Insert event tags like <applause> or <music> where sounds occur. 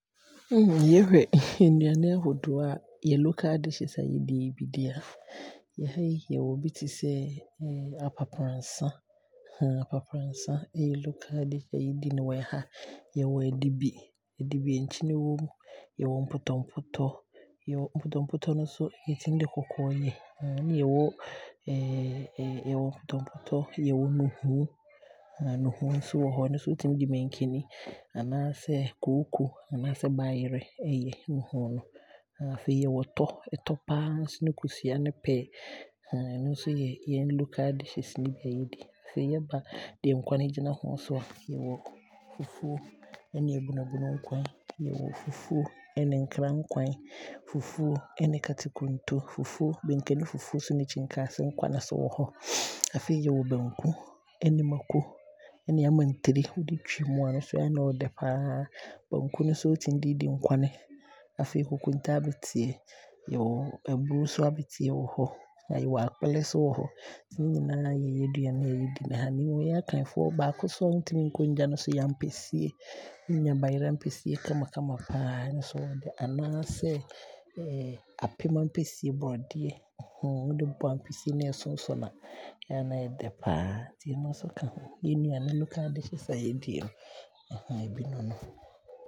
<hesitation> <laughs> Yɛhwɛ nnuane ahodoɔ a, yɛ local dishes a yɛdi yi bi deɛ a, yɛha yi yɛwɔ bi te sɛ aprapransa, <hesitation> aprapransa yɛ local dish a yɛdi no wɔ ha, yɛwɔ Adibi, adibi a nkyene wɔ mu. Yɛwɔ mpotɔmpotɔ, mpotɔmpotɔ no nso yɛtumi de kɔkɔɔ yɛ ne yɛ wɔ <hesitation> yɛwɔ mpotɔmpotɔ ne yɛwɔ nuhuu, <hesitation> nuhuu nso wɔhɔ ɛno nso wobɛtumi de mankani ayɛ anaasɛ kooko anaa bayerɛ ayɛ nuhuu no. Afei yɛwɔ ɛtɔ, ɛtɔ paa nso ne kosua ne pear. <hesitation> Ɛno nso yɛ yɛn local dishes no bi a yɛdi. Afei yɛba deɛ nkwane gyina ho nso a, yɛwɔ fufuo ne abunu abunu nkwane, yɛwɔ fufuo ɛne nkraa nkwane, yɛwɔ fufuo ɛne nkatenkonto. Fufuo, mankani fufuo ɛne kyirikaase nkwane nso wɔ hɔ afei yɛwɔ banku ɛne mako ɛne aman tire, wode twi mu a ɛyɛ a na ɔɔdɛ paa. Banku no nso wotumi de di nkwane, afei kokonte abeteɛ, yɛwɔ aburo abeteɛ nso wɔ hɔ, yɛ wɔ akple nso wɔ hɔ, nti ne nyinaa yɛ yɛn nnuane a yɛ die. Na yɛn Akanfoɔ aduane baako a yɛntumi nkɔ nnya no hɔ yɛ ampesie, wonya bayerɛ ampesie kamakama paa, ɔno nso ɔɔdɛ, anaasɛ <hesitation> apen ampesie, borɔdeɛ, wode bɔ ampesie na ɛsonsɔne a, ɛyɛ a na ɔɔdɛ paa, ɛno nso ka ho, yɛn nnuane no a yɛdi no, yɛn local dishes a yɛdie no <hesitation> ɛbi ne no.